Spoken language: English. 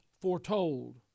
foretold